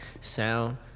sound